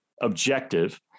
objective